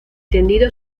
tendido